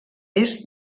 est